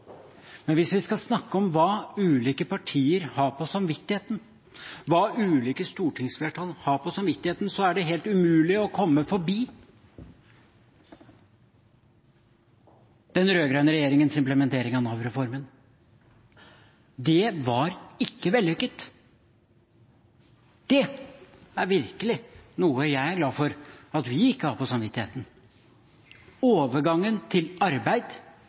Men hvis vi skal snakke om hva ulike partier og hva ulike stortingsflertall har på samvittigheten, er det helt umulig å komme forbi den rød-grønne regjeringens implementering av Nav-reformen. Det var ikke vellykket. Det er virkelig noe jeg er glad for at vi ikke har på samvittigheten. Overgangen til arbeid